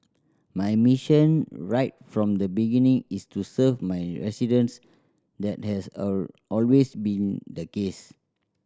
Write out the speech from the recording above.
my mission right from the beginning is to serve my residents that has all always been the case